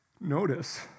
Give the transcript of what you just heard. notice